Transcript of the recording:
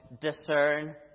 discern